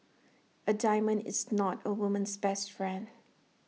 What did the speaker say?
A diamond is not A woman's best friend